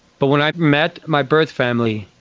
but when i met my birth family,